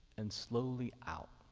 and slowly out,